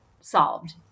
solved